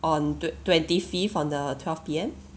on twen~ twenty fifth on the twelve P_M